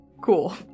cool